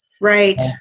right